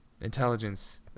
intelligence